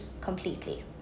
completely